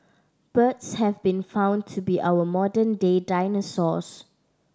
birds have been found to be our modern day dinosaurs